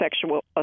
sexual